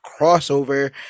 crossover